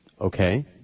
Okay